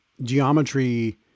geometry